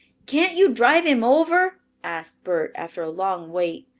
can't you drive him over? asked bert, after a long wait.